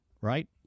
right